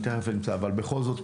אבל בכל זאת,